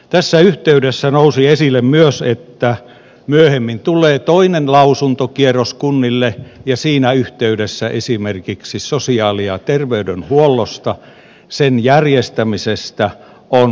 tässä yhteydessä nousi esille myös että myöhemmin tulee toinen lausuntokierros kunnille ja siinä yhteydessä esimerkiksi sosiaali ja terveydenhuollosta sen järjestämisestä on riittävästi tietoa